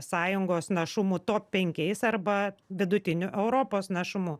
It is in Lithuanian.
sąjungos našumu top penkiais arba vidutiniu europos našumu